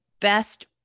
best